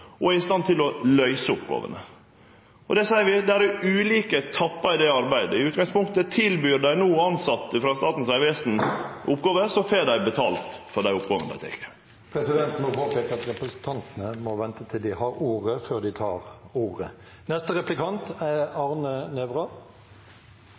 og er i stand til å løyse dei. Det er ulike etappar i det arbeidet. I utgangspunktet: Tilbyr ein no tilsette frå Statens vegvesen oppgåver, så får dei betalt for dei oppgåvene. Presidenten må påpeke at representantene må vente til de får ordet, før de tar ordet.